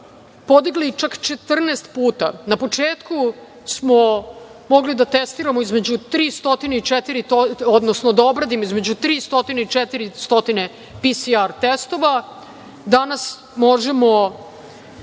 podigli čak 14 puta. Na početku smo mogli da obradimo između 300 i 400 PCR testova, danas možemo